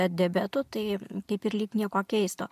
diabetu tai kaip ir lyg nieko keisto